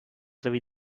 sowie